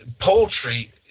poultry